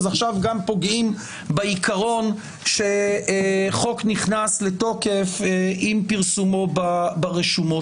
אז עכשיו גם פוגעים בעיקרון שחוק נכנס לתוקף עם פרסומו ברשומות.